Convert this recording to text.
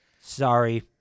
Sorry